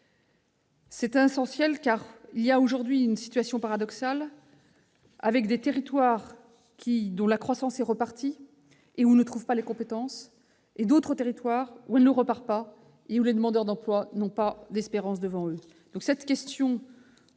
nous entendons mener. Nous sommes dans une situation paradoxale, avec des territoires où la croissance est repartie et où l'on ne trouve pas les compétences, et d'autres territoires où elle ne repart pas et où les demandeurs d'emploi n'ont pas d'espérance devant eux.